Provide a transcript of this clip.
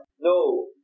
No